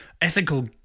ethical